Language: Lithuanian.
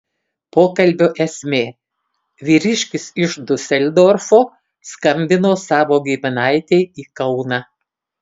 pokalbio esmė vyriškis iš diuseldorfo skambino savo giminaitei į kauną